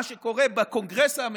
מה שקורה בקונגרס האמריקאי.